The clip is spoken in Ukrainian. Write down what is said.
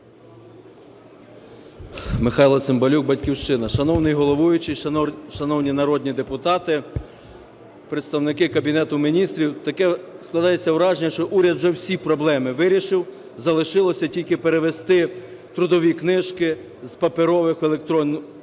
Михайло Цимбалюк, "Батьківщина". Шановний головуючий, шановні народні депутати, представники Кабінету Міністрів! Таке складається враження, що уряд вже всі проблеми вирішив, залишилося тільки перевести трудові книжки з паперових в електронну